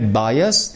bias